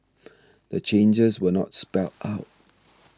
the changes were not spelled out